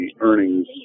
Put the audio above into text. earnings